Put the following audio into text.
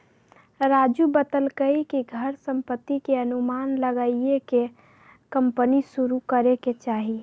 राजू बतलकई कि घर संपत्ति के अनुमान लगाईये के कम्पनी शुरू करे के चाहि